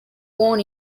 born